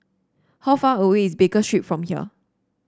how far away is Baker Street from here